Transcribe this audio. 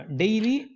daily